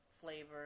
flavor